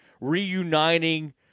reuniting